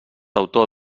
autor